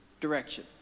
direction